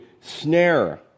snare